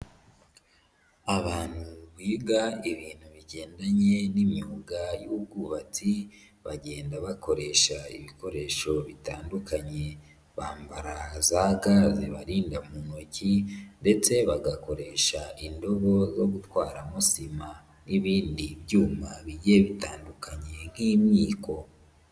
Abantu biga ibintu bigendanye n'imyuga y'ubwubatsi bagenda bakoresha ibikoresho bitandukanye, bambara za ga zibarinda mu ntoki ndetse bagakoresha indobo zo gutwaramo sima n'ibindi byuma bigiye bitandukanye nk'imyiko.